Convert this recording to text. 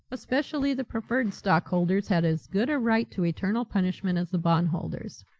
especially the preferred stockholders, had as good a right to eternal punishment as the bondholders.